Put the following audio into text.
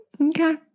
Okay